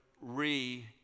re